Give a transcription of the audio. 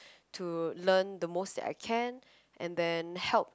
to learn the most that I can and then help